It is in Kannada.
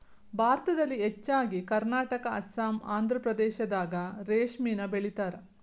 ಭಾರತದಲ್ಲಿ ಹೆಚ್ಚಾಗಿ ಕರ್ನಾಟಕಾ ಅಸ್ಸಾಂ ಆಂದ್ರಪ್ರದೇಶದಾಗ ರೇಶ್ಮಿನ ಬೆಳಿತಾರ